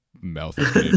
mouth